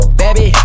baby